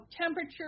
temperature